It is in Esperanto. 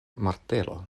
martelo